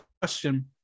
question